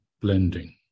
blending